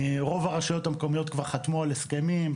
רוב הרשויות המקומיות כבר חתמו על הסכמים,